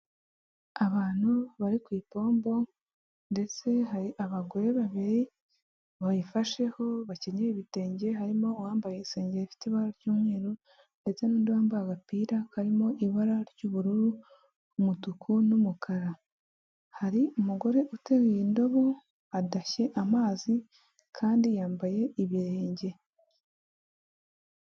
Abantu bari ku ipombo ndetse hari abagore babiri bayifasheho bakeneyenyera ibitenge, harimo uwambaye isenge rifite ibara ry'umweru ndetse n'undi wambaye agapira karimo ibara ry'ubururu umutuku n'umukara, hari umugore uteruye indobo adashye amazi kandi yambaye ibirenge.